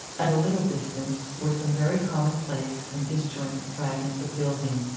at a little distance were some very commonplace and disjointed fragments of building,